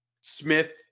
Smith